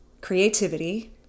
Creativity